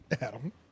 Adam